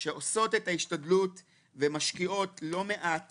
שעושות את ההשתדלות ומשקיעות לא מעט